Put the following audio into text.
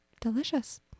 delicious